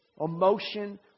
emotion